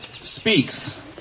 speaks